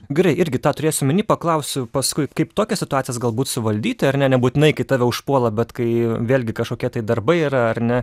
gerai irgi tą turėsiu omeny paklausiu paskui kaip tokias situacijas galbūt suvaldyti ar ne nebūtinai kai tave užpuola bet kai vėlgi kažkokie tai darbai yra ar ne